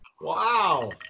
Wow